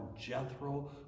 Jethro